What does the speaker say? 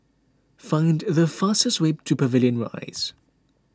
find the fastest way to Pavilion Rise